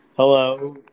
Hello